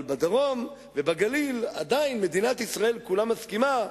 אבל בדרום ובגליל עדיין מדינת ישראל כולה מסכימה,